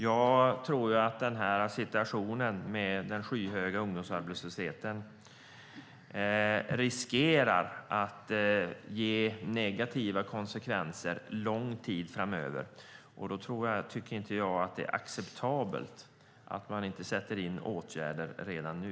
Jag tror att situationen med den skyhöga ungdomsarbetslösheten riskerar att leda till negativa konsekvenser under lång tid framöver. Därför tycker jag inte att det är acceptabelt att man inte sätter in åtgärder redan nu.